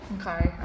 Okay